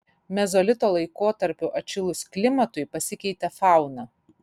mezolito laikotarpiu atšilus klimatui pasikeitė fauna